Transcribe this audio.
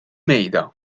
mejda